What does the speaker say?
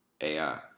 AI